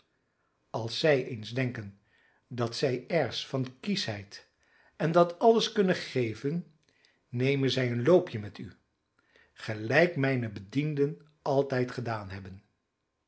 als zij eens denken dat zij airs van kieschheid en dat alles kunnen geven nemen zij een loopje met u gelijk mijne bedienden altijd gedaan hebben